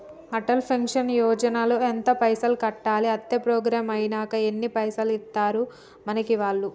Atal pension Yojana ల ఎంత పైసల్ కట్టాలి? అత్తే ప్రోగ్రాం ఐనాక ఎన్ని పైసల్ ఇస్తరు మనకి వాళ్లు?